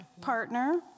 partner